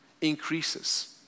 increases